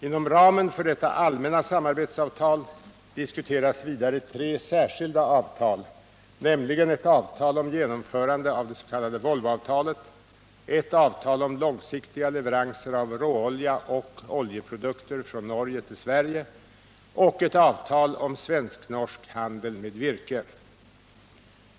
Inom ramen för detta allmänna samarbetsavtal diskuteras vidare tre särskilda avtal, nämligen ett avtal om genomförande av det s.k. Volvoavtalet, ett avtal om långsiktiga leveranser av råolja och oljeprodukter från Norge till Sverige och ett avtal om svensk-norsk handel med virke.